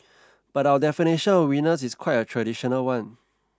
but our definition of winners is quite a traditional one